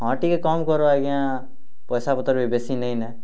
ହଁ ଟିକେ କମ୍ କର ଆଜ୍ଞା ପଏସା ପତର୍ ବି ବେଶୀ ନେଇନେ